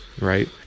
Right